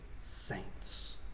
saints